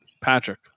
patrick